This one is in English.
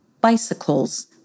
bicycles